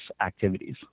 activities